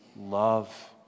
love